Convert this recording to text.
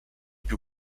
più